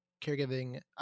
caregiving